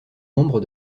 membre